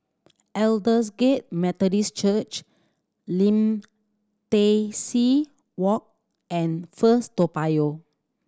Aldersgate Methodist Church Lim Tai See Walk and First Toa Payoh